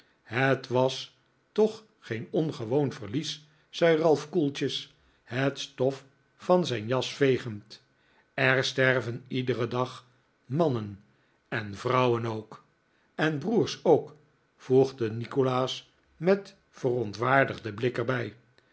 het was toch geen ongewoon verlies zei ralph koeltjes het stof van zijn jas vegend er sterven iederen dag mannen en vrouwen ook en broers ook voegde nikolaas met een verontwaardigden blik er